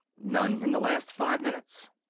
none in the last five minutes.